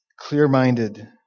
clear-minded